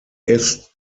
ist